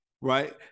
right